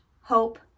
hope